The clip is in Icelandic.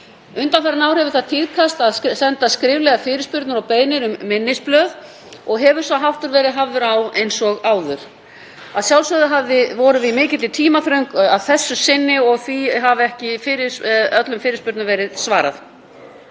Undanfarin ár hefur það tíðkast að senda skriflegar fyrirspurnir og beiðnir um minnisblöð og hefur sá háttur verið hafður á eins og áður. Að sjálfsögðu vorum við í mikilli tímaþröng að þessu sinni og því hefur ekki öllum fyrirspurnum verið svarað.